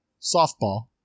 softball